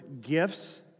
gifts